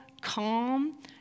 calm